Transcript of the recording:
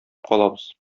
калабыз